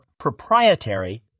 proprietary